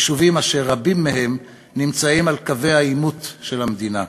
יישובים אשר רבים מהם נמצאים על קווי העימות של המדינה.